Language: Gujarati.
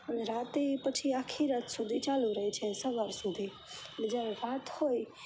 અને રાત્રે એ પછી આખી રાત સુધી ચાલુ રહે છે સવાર સુધી ને જ્યારે રાત હોય